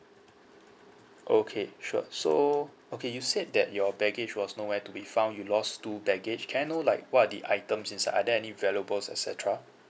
okay sure so okay you said that your baggage was nowhere to be found you lost two baggage can I know like what are the items inside are there any valuables et cetera